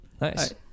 Nice